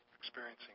experiencing